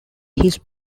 his